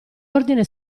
ordine